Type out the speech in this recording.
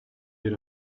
weer